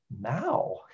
now